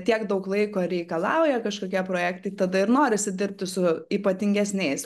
tiek daug laiko reikalauja kažkokie projektai tada ir norisi dirbti su ypatingesniais